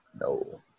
No